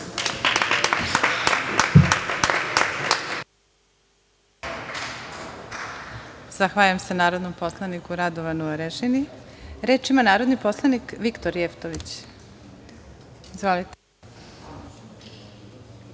Zahvaljujem se narodnom poslaniku Radovanu Arežini. Reč ima narodni poslanik Viktor Jevtović. Izvolite.